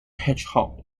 hedgehog